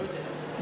לא יודע.